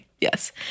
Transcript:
yes